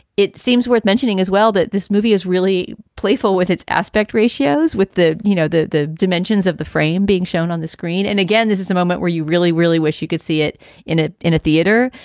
it seems worth mentioning as well that this movie is really playful with its aspect ratios, with the, you know, the the dimensions of the frame being shown on the screen. and again, this is a moment where you really, really wish you could see it in it in a theater,